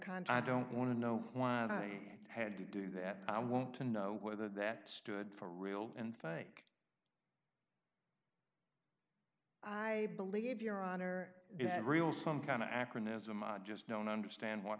kind i don't want to know why i had to do that i want to know whether that stood for real and fake i believe your honor that real some kind of akron is a mob just don't understand what